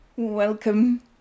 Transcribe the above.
Welcome